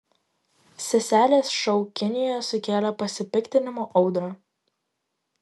seselės šou kinijoje sukėlė pasipiktinimo audrą